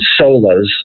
solas